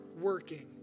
working